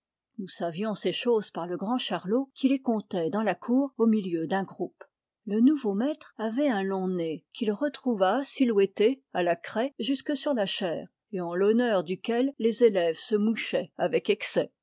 nous savions ces choses par le grand charlot qui les contait dans la cour au milieu d'un groupe le nouveau maître avait un long nez qu'il retrouva silhouetté à la craie jusque sur la chaire et en l'honneur duquel les élèves se mouchaient avec excès